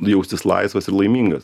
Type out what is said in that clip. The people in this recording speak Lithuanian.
jaustis laisvas ir laimingas